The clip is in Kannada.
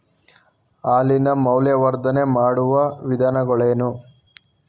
ಹಾಲಿನ ಮೌಲ್ಯವರ್ಧನೆ ಮಾಡುವ ವಿಧಾನಗಳೇನು?